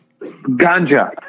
Ganja